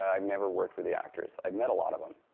i've never worked with the actors. i've met a lot of them.